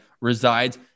resides